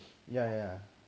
ya ya